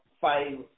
five